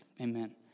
amen